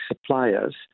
suppliers